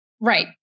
right